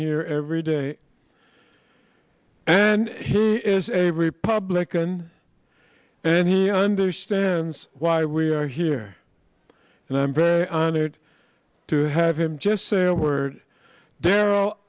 year every day and he is a republican and he understands why we are here and i'm very honored to have him just say a word